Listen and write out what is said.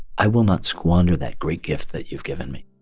i will not squander that great gift that you've given me.